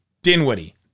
Dinwiddie